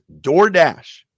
DoorDash